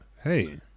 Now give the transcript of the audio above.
Hey